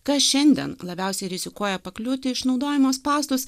kas šiandien labiausiai rizikuoja pakliūti į išnaudojimo spąstus